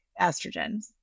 estrogens